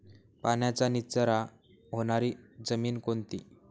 पाण्याचा निचरा होणारी जमीन कोणती?